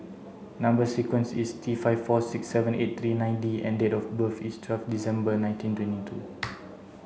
number sequence is T five four six seven eight three nine D and date of birth is twelve December nineteen twenty two